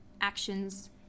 actions